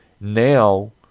Now